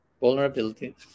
vulnerability